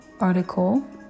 article